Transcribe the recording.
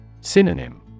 Synonym